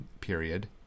period